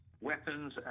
weapons